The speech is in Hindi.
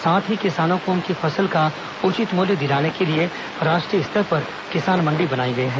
साथ ही किसानों को उनकी फसल का उचित मूल्य दिलाने के लिए राष्ट्रीय स्तर पर किसान मंडी बनाई गई है